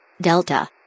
Delta